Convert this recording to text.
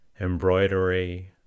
embroidery